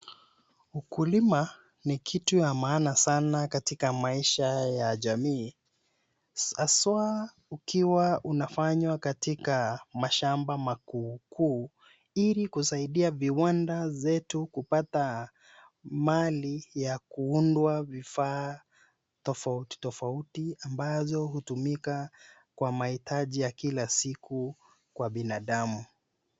Ukulima ni kitu ya maana sana katika maisha ya jamii. Hasaa ukiwa unafanywa katika mashamba makuu kuu, ili kusaidia viwanda zetu kupata mali ya kuundwa vifaa tofauti tofauti, ambazo hutumika kwa mahitaji ya kila siku kwa binadamu.